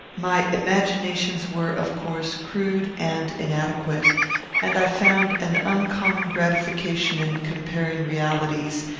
my imaginations were, of course, crude and inadequate and i found an uncommon gratification in comparing realities,